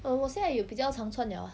err 我现在有比较常穿了啊